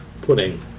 pudding